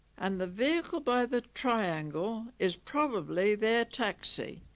and the vehicle by the triangle is probably their taxi